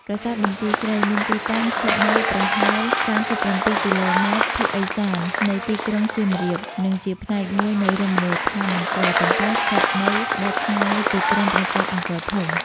ប្រាសាទបន្ទាយស្រីមានទីតាំងស្ថិតនៅប្រហែល ៣៧ គីឡូម៉ែត្រភាគឦសាននៃទីក្រុងសៀមរាប និងជាផ្នែកមួយនៃរមណីយដ្ឋានអង្គរ ប៉ុន្តែស្ថិតនៅដាច់ឆ្ងាយពីក្រុមប្រាសាទអង្គរធំ។